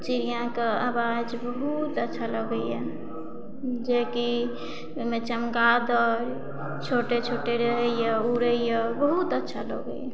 चिड़ियाके आवाज बहुत अच्छा लगइए जेकि ओइमे चमगादर छोटे छोटे रहइए उड़ैय बहुत अच्छा लगइए